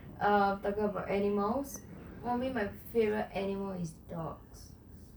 um talking about animals my favourite animal is dogs